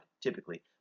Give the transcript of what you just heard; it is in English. typically